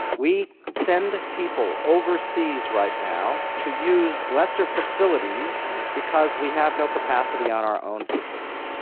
we send people overseas right now to use lesser facilities because we have no capacity on our own facility.